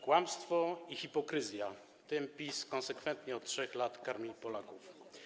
Kłamstwo i hipokryzja - tym PiS konsekwentnie od 3 lat karmi Polaków.